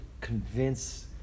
convince